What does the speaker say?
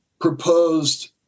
proposed